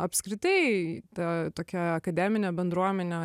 apskritai ta tokia akademinė bendruomenė